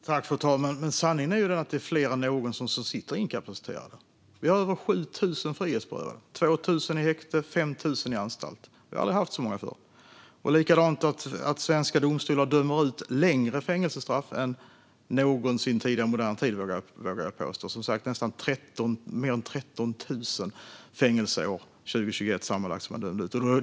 Fru talman! Sanningen är att det är fler än någonsin som är inkapaciterade. Vi har över 7 000 frihetsberövade, 2 000 i häkte och 5 000 på anstalter. Vi har aldrig haft så många förr. Det är likadant med svenska domstolar, som dömer ut längre fängelsestraff än någonsin tidigare i modern tid, vågar jag påstå. Man dömde ut mer än 13 000 fängelseår sammanlagt under 2021.